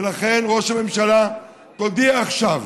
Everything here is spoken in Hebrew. ולכן, ראש הממשלה, תודיע עכשיו,